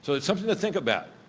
so it's something to think about.